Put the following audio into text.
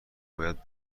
باید